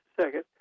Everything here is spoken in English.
second